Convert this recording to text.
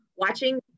Watching